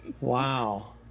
wow